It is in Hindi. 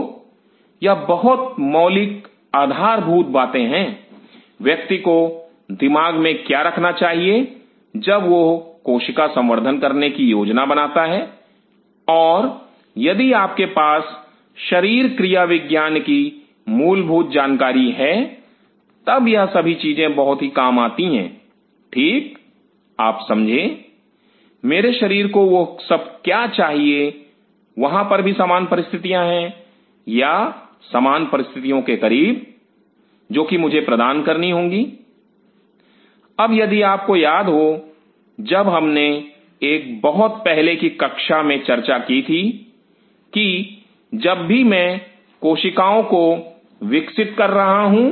तो यह बहुत ही मौलिक आधारभूत बातें हैं व्यक्ति को दिमाग में क्या रखना चाहिए जब वह कोशिका संवर्धन करने की योजना बनाता है और यदि आपके पास शरीर क्रियाविज्ञान की मूलभूत जानकारी है तब यह सभी चीजें बहुत ही काम आती हैं ठीक आप समझे मेरे शरीर को वह क्या सब चाहिए वहां पर भी सामान परिस्थितियां हैं या सामान परिस्थितियों के करीब जो कि मुझे प्रदान करनी होंगी अब यदि आपको याद हो जब हमने एक बहुत पहले की कक्षा में चर्चा की थी कि जब भी मैं कोशिकाओं को विकसित कर रहा हूं